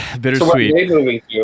bittersweet